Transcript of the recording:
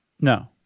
No